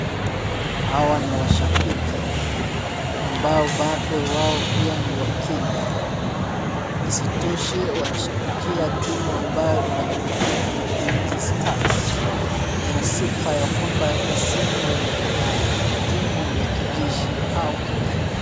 Hawa ni washambiki ambao bado wao pia ni wakenya, isitoshe wanashambikia timu ambayo inajulikana kama Ulinzi Stars. Ina sifa ya kwamba ni timu ya kijeshi au kitaifa.